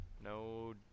No